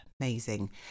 amazing